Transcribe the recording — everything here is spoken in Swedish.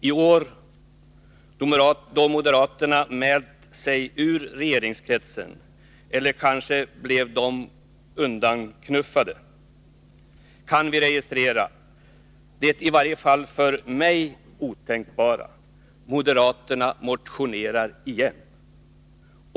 I år, då moderaterna mält sig ur regeringskretsen — eller blev de kanske undanknuffade? — kan vi registrera det i varje fall för mig otänkbara: moderaterna motionerar igen!